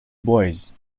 boys